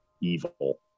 evil